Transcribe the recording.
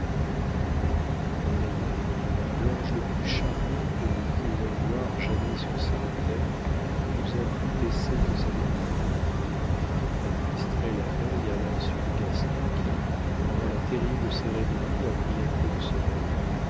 puis mon ami l'ange le plus charmant que nous pourrons voir jamais sur cette terre ne nous a plus laissé que sa dépouille administrée la veille à l'insu de gaston qui pendant la terrible cérémonie a pris un peu de sommeil